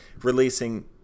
releasing